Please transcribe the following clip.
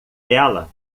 ela